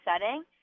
setting